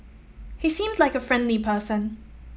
he seemed like a friendly person